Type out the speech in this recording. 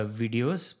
videos